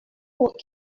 what